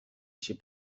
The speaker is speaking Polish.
się